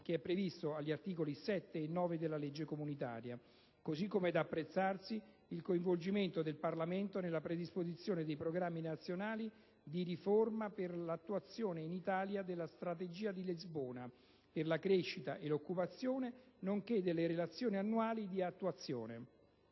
che è previsto agli articoli 7 e 9 della legge comunitaria. Così come è da apprezzarsi il coinvolgimento del Parlamento nella predisposizione dei programmi nazionali di riforma per l'attuazione in Italia della Strategia di Lisbona per la crescita e l'occupazione, nonché delle relazioni annuali di attuazione.